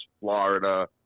Florida